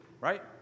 right